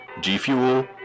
G-Fuel